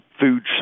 food